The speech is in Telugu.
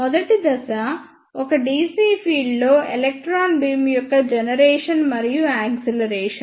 మొదటి దశ ఒక dc ఫీల్డ్లో ఎలక్ట్రాన్ బీమ్ యొక్క జనరేషన్ మరియు యాక్సిలరేషన్